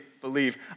believe